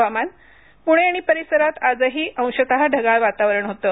हवामान पुणे आणि परिसरात आजही अंशतः ढगाळ वातावरण होतं